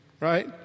right